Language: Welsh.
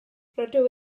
rydw